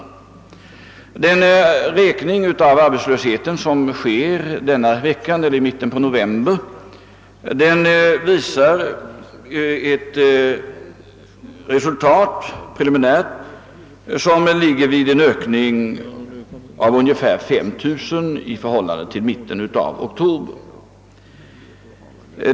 Det preliminära resultatet av den räkning av arbetslösheten som genomföres denna vecka, alltså i mitten av november, visar en ökning med ungefär 5 000 arbetslösa i förhållande till mitten av oktober.